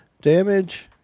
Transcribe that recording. damage